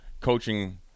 coaching